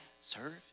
serve